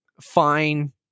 fine